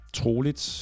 troligt